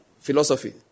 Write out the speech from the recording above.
philosophy